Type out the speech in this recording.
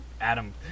Adam